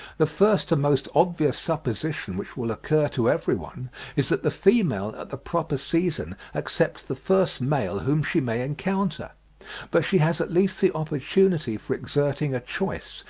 the first and most obvious supposition which will occur to every one is that the female at the proper season accepts the first male whom she may encounter but she has at least the opportunity for exerting a choice,